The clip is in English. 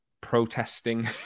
protesting